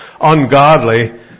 ungodly